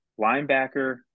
linebacker